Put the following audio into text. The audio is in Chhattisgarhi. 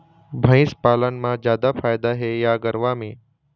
भंइस पालन म जादा फायदा हे या गरवा में?